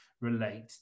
relate